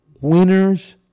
winners